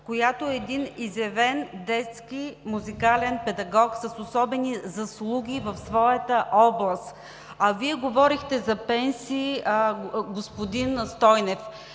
която е един изявен детски музикален педагог, с особени заслуги в своята област, а говорихте за пенсии, господин Стойнев.